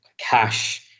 cash